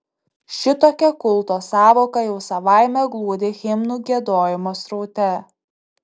šitokia kulto sąvoka jau savaime glūdi himnų giedojimo sraute